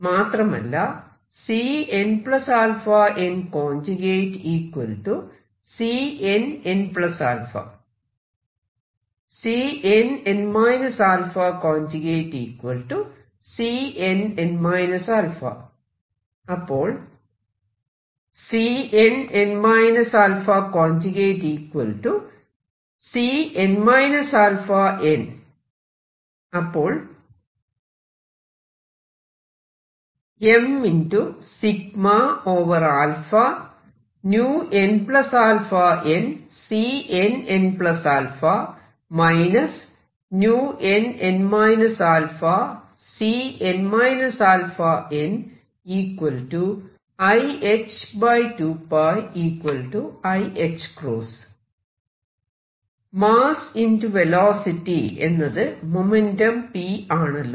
മാത്രമല്ല Cnα nCn nα Cn n αC n αn അപ്പോൾ mass velocity എന്നത് മൊമെന്റം p ആണല്ലോ